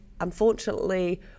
Unfortunately